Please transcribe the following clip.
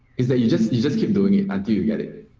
is that you just you just keep doing it until you get it.